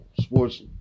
sports